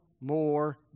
more